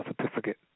certificate